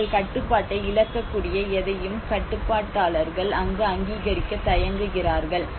தங்கள் கட்டுப்பாட்டை இழக்கக் கூடிய எதையும் கட்டுப்பாட்டாளர்கள் அங்கு அங்கீகரிக்க தயங்குகிறார்கள்